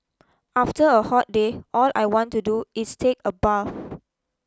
after a hot day all I want to do is take a bath